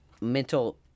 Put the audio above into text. mental